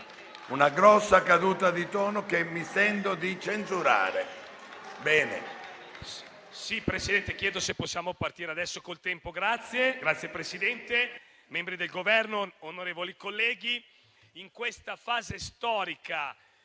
una grossa caduta di tono che mi sento di censurare.